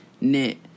Knit